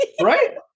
Right